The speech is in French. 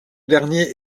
dernier